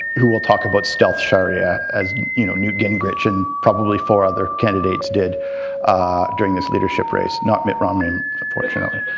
who will talk about stealth sharia as you know newt gingrich and probably four other candidates did during this leadership race, not mitt romney um fortunately.